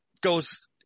goes